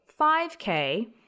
5k